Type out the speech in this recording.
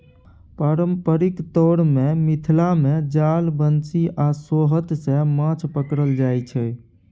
पारंपरिक तौर मे मिथिला मे जाल, बंशी आ सोहथ सँ माछ पकरल जाइ छै